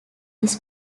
this